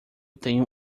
tenho